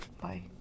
Bye